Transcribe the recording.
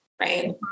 right